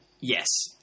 Yes